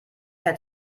hält